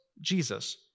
Jesus